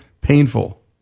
painful